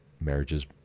marriages